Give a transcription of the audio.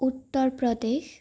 Uttar Pradesh